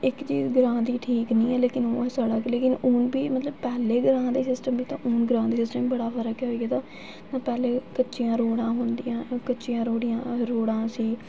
इक चीज़ ग्रांऽ दी बी ठीक निं ऐ ओह् साढ़े हून बी मतलब पैह्ले दे ग्रांऽ दे सिस्टम ते हून ग्रांऽ दे सिस्टम बड़ा फरक पेई दा नेईं तां पैह्लें कच्चियां रोडां होंदियां ही कच्चियां रोडियां रोडां सी